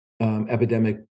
Epidemic